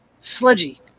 sludgy